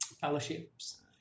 fellowships